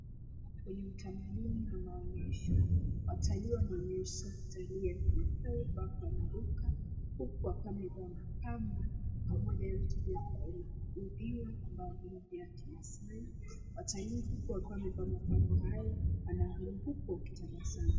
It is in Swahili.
Kwenye utamaduni wa maonyesho, watalii wanonyeshwa kiutali ya kimasai ambapo wanaruka, huku wakiwa wamevaa mapambo pamoja yote ile hidhiwa ya kimasai. Watalii huku wakiwa wamevaa mapambo hayo wanaruka wakitabasamu.